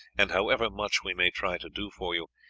and however much we may try to do for you,